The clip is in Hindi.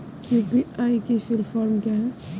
यू.पी.आई की फुल फॉर्म क्या है?